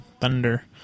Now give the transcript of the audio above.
thunder